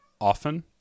often